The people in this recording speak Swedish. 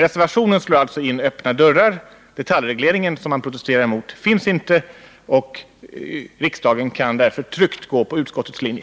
Reservationen slår alltså in öppna dörrar. Den detaljreglering som man protesterar mot finns inte. Riksdagen kan därför tryggt gå på utskottets linje.